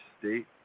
state